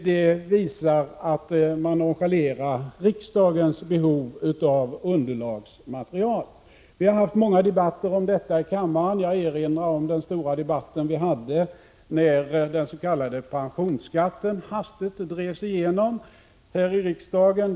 Det visar också att regeringen nonchalerar riksdagens behov av underlagsmaterial. Vi har haft många debatter om detta i kammaren. Jag erinrar om den stora debatten i samband med att den s.k. pensionsskatten hastigt drevs igenom här i riksdagen.